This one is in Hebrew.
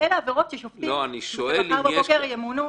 אלה עבירות ששופטים מחר בבוקר ימונו,